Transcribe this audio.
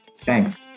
Thanks